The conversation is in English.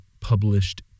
published